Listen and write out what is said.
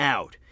Out